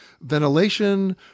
ventilation